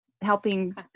helping